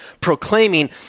proclaiming